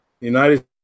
United